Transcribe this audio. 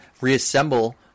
reassemble